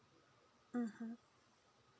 mmhmm